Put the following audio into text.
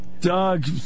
Doug